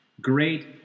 great